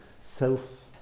self